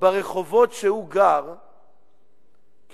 ברחובות שהוא גר בהם,